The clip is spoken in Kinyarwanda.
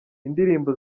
indirimbo